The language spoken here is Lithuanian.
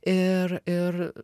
ir ir